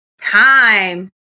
time